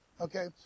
Okay